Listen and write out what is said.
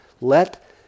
Let